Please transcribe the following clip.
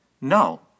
No